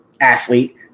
athlete